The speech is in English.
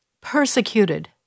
persecuted